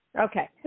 Okay